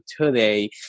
today